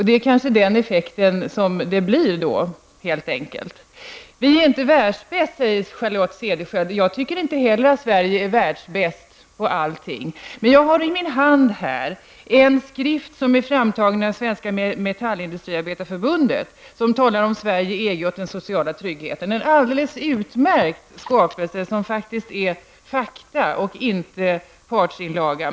Det är kanske den effekt det skulle få helt enkelt. Vi är inte världsbäst, säger Charlotte Cederschiöld. Jag tycker inte heller att Sverige är världsbäst på allting, men jag har i min hand en skrift, som är framtagen av Svenska metallindustriarbetareförbundet, om Sverige, EG och den sociala tryggheten -- en alldeles utmärkt skapelse, som faktiskt innehåller fakta och inte är en partsinlaga.